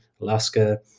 Alaska